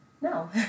No